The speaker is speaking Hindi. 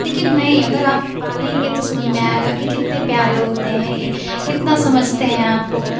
लेकिन नहीं आप पालेंगे तो समझ में आएगा की कितने प्यारे होते हैं ये कितना समझते हैं ये आपको